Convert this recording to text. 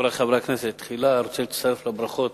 חברי חברי הכנסת, תחילה אני רוצה להצטרף לברכות,